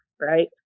right